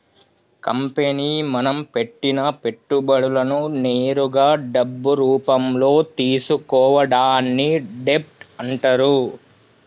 company మనం పెట్టిన పెట్టుబడులను నేరుగా డబ్బు రూపంలో తీసుకోవడాన్ని డెబ్ట్ అంటరు